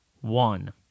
one